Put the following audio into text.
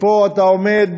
פה אתה עומד,